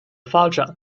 发展